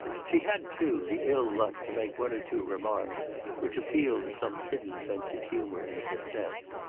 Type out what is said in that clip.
she had, too, the ill-luck to make one or two remarks which appealed to some hidden sense of humour in the princess,